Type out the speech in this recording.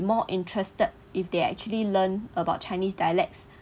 more interested if they actually learn about chinese dialects